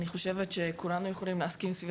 אני חושבת שכולנו יכולים להסכים סביב